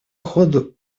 ход